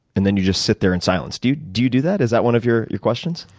and then you just sit there in silence. do do you do that? is that one of your your questions,